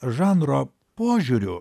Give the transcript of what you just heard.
žanro požiūriu